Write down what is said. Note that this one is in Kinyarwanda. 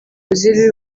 ozil